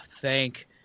Thank